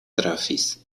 trafis